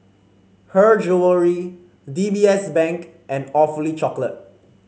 Her Jewellery D B S Bank and Awfully Chocolate